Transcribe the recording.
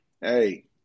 hey